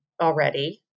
already